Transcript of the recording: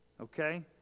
Okay